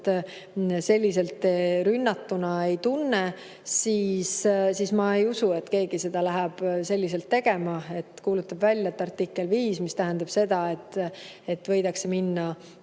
otseselt rünnatuna ei tunne, siis ma ei usu, et keegi seda läheb tegema, et kuulutab välja, et artikkel 5, mis tähendab seda, et võidakse minna